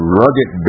rugged